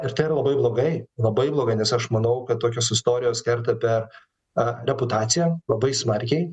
ir tai yra labai blogai labai blogai nes aš manau kad tokios istorijos kerta per reputaciją labai smarkiai